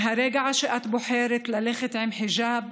מהרגע שאת בוחרת ללכת עם חיג'אב,